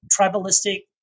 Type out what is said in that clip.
tribalistic